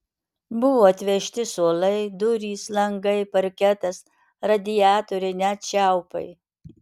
buvo atvežti suolai durys langai parketas radiatoriai net čiaupai